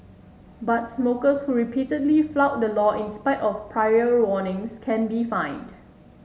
but smokers who repeatedly flout the law in spite of prior warnings can be fined